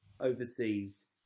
overseas